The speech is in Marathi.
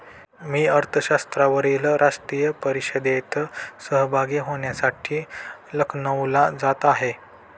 मी अर्थशास्त्रावरील राष्ट्रीय परिषदेत सहभागी होण्यासाठी लखनौला जात आहे